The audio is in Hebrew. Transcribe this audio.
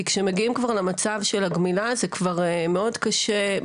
כי כשמגיעים כבר למצב של הגמילה זה כבר מאוד קשה,